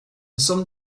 some